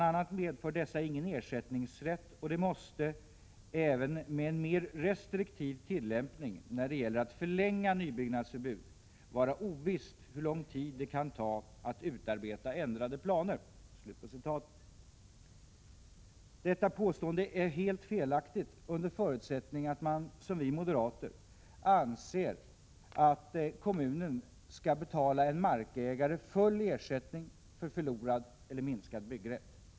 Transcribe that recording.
a. medför dessa ingen ersättningsrätt och det måste — även med en mer restriktiv tillämpning när det gäller att förlänga nybyggnadsförbud — vara ovisst hur lång tid det kan ta att utarbeta ändrade planer.” Detta påstående är helt felaktigt under förutsättning att man — som vi moderater — anser att kommunen skall betala en markägare full ersättning för förlorad eller minskad byggrätt.